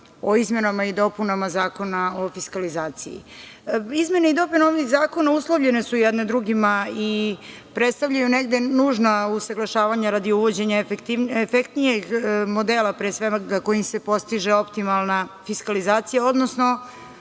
o izmenama i dopunama Zakona o fiskalizaciji. Izmene i dopune ovih zakona uslovljene su jedne drugima i predstavljaju negde nužna usaglašavanja radi uvođenja efektnijeg modela, pre svega, kojim se postiže optimalna fiskalizacija, odnosno